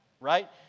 right